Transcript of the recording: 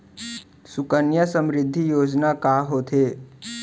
सुकन्या समृद्धि योजना का होथे